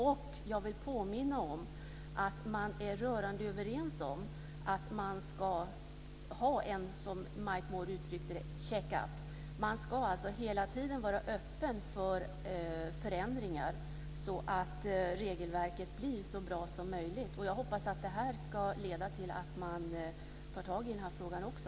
Jag vill också påminna om att man är rörande överens om att man ska ha en check-up, som Mike Moore uttryckte det. Man ska alltså hela tiden vara öppen för förändringar så att regelverket blir så bra som möjligt. Jag hoppas att detta ska leda till att man tar tag i den här frågan också.